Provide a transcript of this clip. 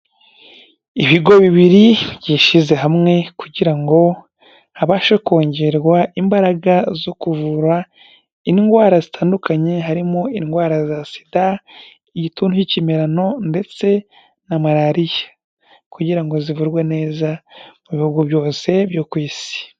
Ibigo bibiri byishyize hamwe kugira ngo habashe kongerwa imbaraga zo kuvura indwara zitandukanye harimo indwara za sida, igituntu k'ikimerano ndetse na malariya, kugira ngo ziguvurwe neza mu bihugu byose byo ku isi.